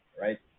Right